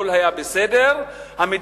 הכול היה בסדר מבחינתה.